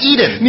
Eden